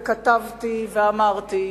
וכתבתי ואמרתי,